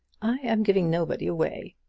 i am giving nobody away,